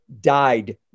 died